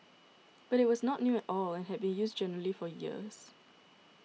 but it was not new at all and had been used generally for years